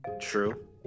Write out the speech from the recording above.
True